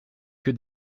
que